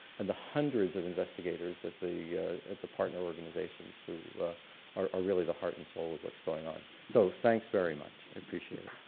and the hundreds of investigators at the at the partner organizations who are really the heart and soul of what's going on. so thanks very much, i appreciate it.